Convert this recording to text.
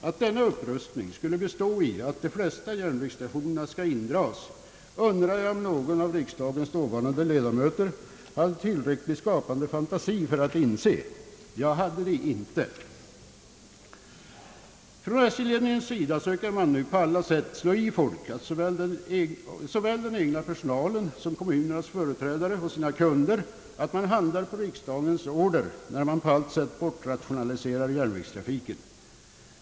Att denna upprustning skulle bestå i att de flesta järnvägsstationerna skall dras in, undrar jag om någon av riksdagens dåvarande ledamöter hade tillräckligt med skapande fantasi för att inse. Jag hade det inte. Från SJ-ledningens sida försöker man nu slå i folk, såväl den egna personalen som kommunernas företrädare och sina kunder, att man handlar på riksdagens order när man på allt sätt bortrationaliserar järnvägstrafiken.